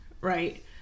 right